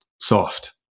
soft